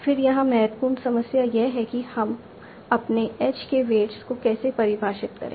फिर यहां महत्वपूर्ण समस्या यह है कि हम अपने एज के वेट्स को कैसे परिभाषित करें